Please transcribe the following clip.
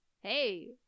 Hey